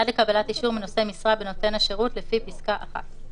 עד לקבלת אישור מנושא משרה בנותן השירות לפי פסקה (1).